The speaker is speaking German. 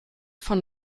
von